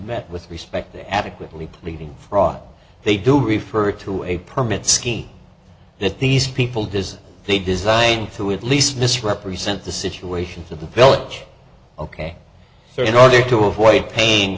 met with respect to adequately pleading fraud they do refer to a permit scheme that these people design they designed through at least misrepresent the situation to the village ok so in order to avoid pain